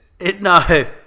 No